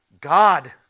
God